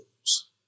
rules